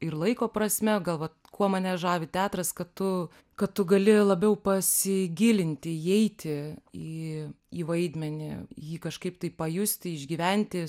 ir laiko prasme gal vat kuo mane žavi teatras kad tu kad tu gali labiau pasigilinti įeiti į į vaidmenį jį kažkaip tai pajusti išgyventi